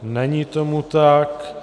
Není tomu tak.